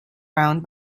round